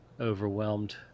overwhelmed